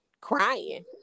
Crying